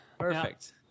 perfect